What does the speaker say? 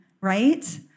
right